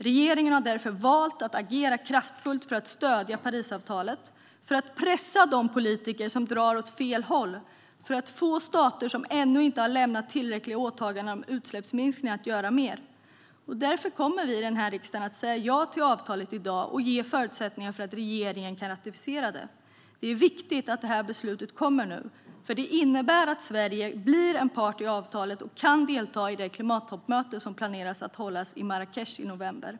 Regeringen har därför valt att agera kraftfullt för att stödja Parisavtalet, för att pressa de politiker som drar åt fel håll och för att få stater som ännu inte har gjort tillräckliga åtaganden om utsläppsminskningar att göra mer. Därför kommer vi i den här riksdagen att säga ja till avtalet i dag och ge förutsättningar för att regeringen ska kunna ratificera det. Det är viktigt att det här beslutet kommer nu, för det innebär att Sverige blir en part i avtalet och kan delta i det klimattoppmöte som planeras hållas i Marrakech i november.